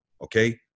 okay